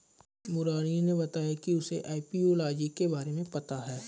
मुरारी ने बताया कि उसे एपियोलॉजी के बारे में पता है